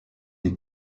des